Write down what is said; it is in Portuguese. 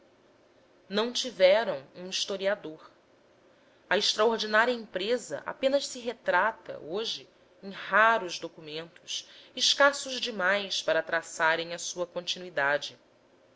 não tiveram um historiador a extraordinária empresa apenas se retrata hoje em raros documentos escassos demais para traçarem a sua continuidade